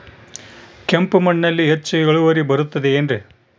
ಕೆಂಪು ಮಣ್ಣಲ್ಲಿ ಹೆಚ್ಚು ಇಳುವರಿ ಬರುತ್ತದೆ ಏನ್ರಿ?